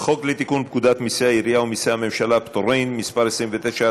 חוק לתיקון פקודת מסי העירייה ומסי הממשלה (פטורין) (מס' 29),